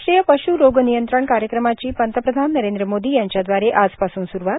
राष्ट्रीय पशू रोग नियंत्रण कार्यक्रमाची पंतप्रधान नरेंद्र मोदी यांच्याद्वारे सुरूवात